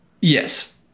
Yes